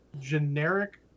generic